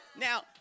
now